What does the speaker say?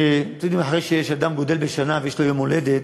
אתם יודעים, אחרי שאדם גדל בשנה ויש לו יום הולדת,